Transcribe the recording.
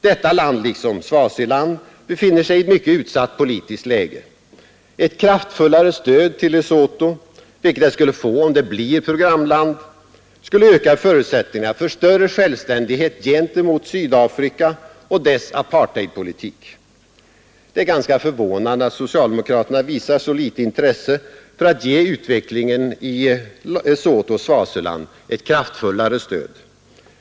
Detta land, liksom Swaziland, befinner sig i ett mycket utsatt politiskt läge. Ett kraftfullare stöd till Lesotho, vilket det skulle få om det blir programland, skulle öka förutsättningarna för större självständighet gentemot Sydafrika och dess apartheidpolitik. Det är ganska förvånande att socialdemokraterna visar så litet intresse för att ge utvecklingen i Lesotho och Swaziland ett kraftfullare stöd.